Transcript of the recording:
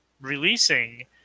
releasing